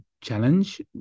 challenge